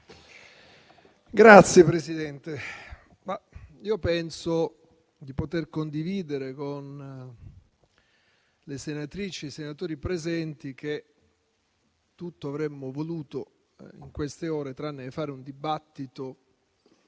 Signor Presidente, penso di poter condividere con le senatrici e i senatori presenti che tutto avremmo voluto in queste ore, tranne che fare un dibattito